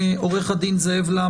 עורך הדין זאב לב,